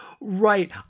Right